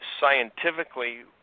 scientifically